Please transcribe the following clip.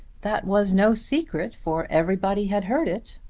that was no secret, for everybody had heard it.